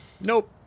nope